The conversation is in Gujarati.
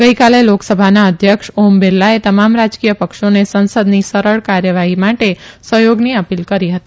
ગઇકાલે લોકસભાના અધ્યક્ષ ઓમ બિરલાએ તમામ રાજકીય પક્ષોને સંસદની સરળ કાર્યવાહી માટે સહયોગની અપીલ કરી હતી